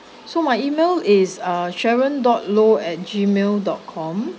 so my email is uh sharon dot law at gmail dot com